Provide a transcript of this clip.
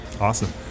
awesome